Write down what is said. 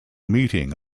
meeting